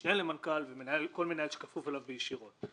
משנה למנכ"ל וכל מנהל שכפוף אליו ישירות.